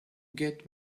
get